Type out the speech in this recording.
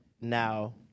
now